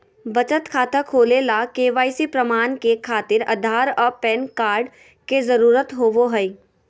बचत खाता खोले ला के.वाइ.सी प्रमाण के खातिर आधार आ पैन कार्ड के जरुरत होबो हइ